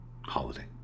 holiday